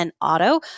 Auto